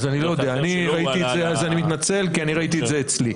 אני מתנצל כי אני ראיתי את זה אצלי.